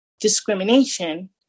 discrimination